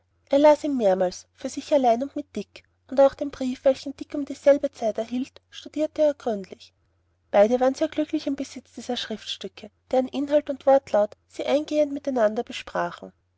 er las ihn mehrmals für sich allein und mit dick und auch den brief welchen dick um dieselbe zeit erhielt studierte er gründlich beide waren sehr glücklich im besitz dieser schriftstücke deren inhalt und wortlaut sie eingehend miteinander besprachen